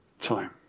time